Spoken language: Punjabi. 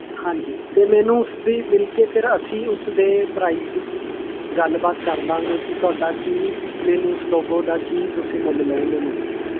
ਹਾਂਜੀ ਅਤੇ ਮੈਨੂੰ ਉਸਦੀ ਮਿਲ ਕੇ ਫੇਰ ਅਸੀਂ ਉਸਦੇ ਪ੍ਰਾਈਜ਼ ਦੀ ਵੀ ਗੱਲਬਾਤ ਕਰ ਦੇਵਾਂਗੇ ਕਿ ਤੁਹਾਡਾ ਕਿ ਮੈਨੂੰ ਉਸ ਲੋਗੋ ਦਾ ਕੀ ਤੁਸੀਂ ਮੁੱਲ ਲਉਂਗੇ ਮੇਰੇ ਤੋਂ